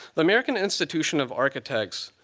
the american institution of architects